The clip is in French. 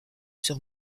sur